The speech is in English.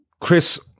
Chris